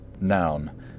noun